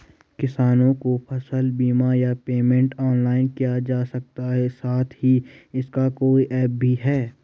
किसानों को फसल बीमा या पेमेंट ऑनलाइन किया जा सकता है साथ ही इसका कोई ऐप भी है?